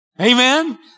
Amen